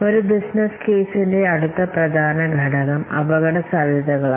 ഒരു ബിസിനസ് കേസിന്റെ അടുത്ത പ്രധാന ഘടകം അപകടസാധ്യതകളാണ്